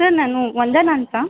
sir ನಾನು ವಂದನ ಅಂತ